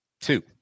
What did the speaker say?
Two